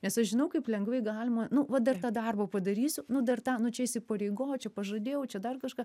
nes aš žinau kaip lengvai galima nu va dar tą darbą padarysiu nu dar tą čia įsipareigočiau pažadėjau čia dar kažką